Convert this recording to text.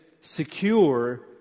secure